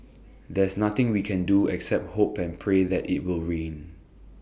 there's nothing we can do except hope and pray that IT will rain